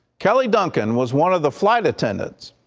kelly duncan was one of the flight attendants.